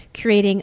creating